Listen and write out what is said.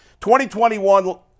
2021